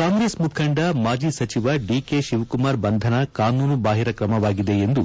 ಕಾಂಗ್ರೆಸ್ ಮುಖಂಡ ಮಾಜಿ ಸಚಿವ ಡಿಕೆ ಶಿವಕುಮಾರ್ ಬಂಧನ ಕಾನೂನು ಬಾಹಿರ ಕ್ರಮವಾಗಿದೆ ಎಂದು